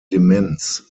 demenz